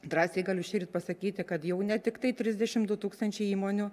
drąsiai galiu šįryt pasakyti kad jau ne tiktai trisdešim du tūkstančiai įmonių